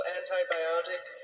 antibiotic